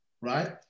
right